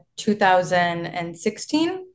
2016